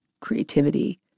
creativity